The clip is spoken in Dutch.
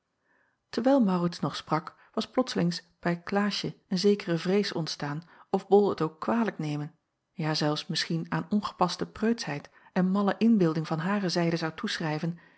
terwijl maurits nog sprak was plotslings bij klaasje een zekere vrees ontstaan of bol het ook kwalijk nemen ja zelfs misschien aan ongepaste preutsheid en malle inbeelding van hare zijde zou toeschrijven